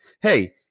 Hey